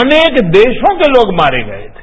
अनेक देशों के लोग मारे गए थे